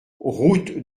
route